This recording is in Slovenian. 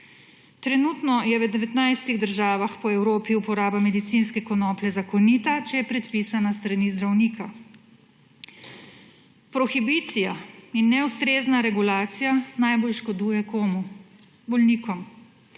Trenutno je v 19 državah po Evropi uporaba medicinske konoplje zakonita, če je predpisana s strani zdravnika. Prohibicija in neustrezna regulacija najbolj škoduje komu? Bolnikom.